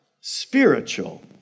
spiritual